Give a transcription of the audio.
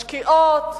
משקיעות,